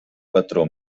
patró